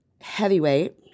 Heavyweight